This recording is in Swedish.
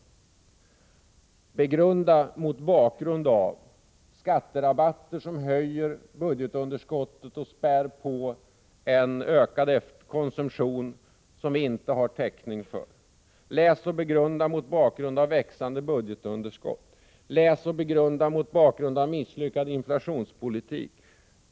Begrunda mot bakgrund av skatterabatter som höjer budgetunderskottet och späder på en ökad konsumtion som vi inte har täckning för. Läs och begrunda mot bakgrund av växande budgetunderskott. Läs och begrunda mot bakgrund av misslyckad inflationspolitik.